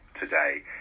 today